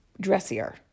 dressier